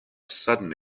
sudden